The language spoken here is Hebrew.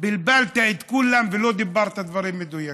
בלבלת את כולם ולא אמרת דברים מדויקים.